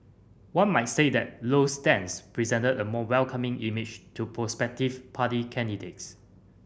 one might say that Lowe's stance presented a more welcoming image to prospective party candidates